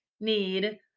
need